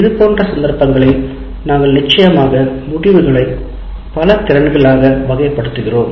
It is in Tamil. இதுபோன்ற சந்தர்ப்பங்களில் நாங்கள் நிச்சயமாக முடிவுகளை பல திறன்கள் ஆக வகை படுத்துகிறோம்